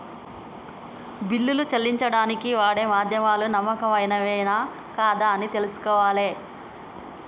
బిల్లులు చెల్లించడానికి వాడే మాధ్యమాలు నమ్మకమైనవేనా కాదా అని ఎలా తెలుసుకోవాలే?